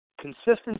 Consistency